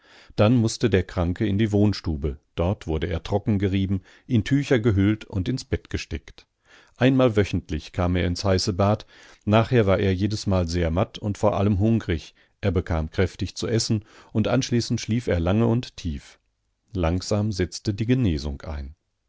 dann mußte der kranke in die wohnstube dort wurde er trockengerieben in tücher gehüllt und ins bett gesteckt einmal wöchentlich kam er ins heiße bad nachher war er jedesmal sehr matt und vor allem hungrig er bekam kräftig zu essen und anschließend schlief er lange und tief langsam setzte die genesung ein